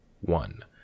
one